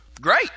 Great